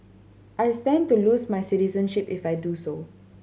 I stand to lose my citizenship if I do so